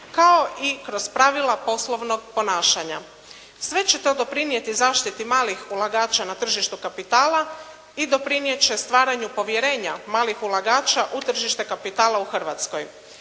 kao i kroz pravila poslovnog ponašanja. Sve će to doprinijeti zaštiti malih ulagača na tržištu kapitala i doprinijet će stvaranju povjerenja malih ulagača u tržište kapitala u Hrvatskoj.